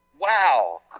Wow